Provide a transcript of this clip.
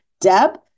Deb